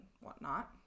whatnot